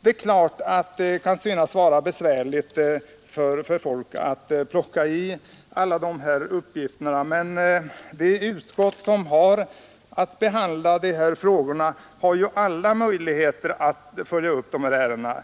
Det kan naturligtvis synas besvärligt att plocka bland alla dessa uppgifter, men de utskott som har att behandla frågorna har alla möjligheter att följa upp ärendena;